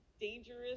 dangerous